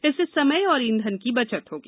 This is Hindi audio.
इससे समय और ईधन की बचत होगी